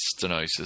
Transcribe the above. stenosis